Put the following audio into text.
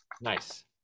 Nice